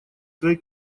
своей